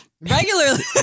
Regularly